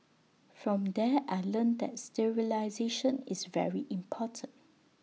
from there I learnt that sterilisation is very important